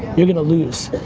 you're gonna lose.